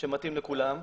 שמתאים לכולם.